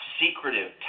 secretive